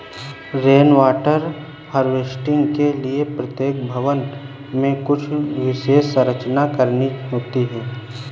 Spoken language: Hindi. रेन वाटर हार्वेस्टिंग के लिए प्रत्येक भवन में कुछ विशेष संरचना करनी होती है